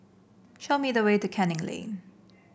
show me the way to Canning Lane